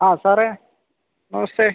ആ സാറേ നമസ്തേ